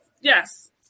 Yes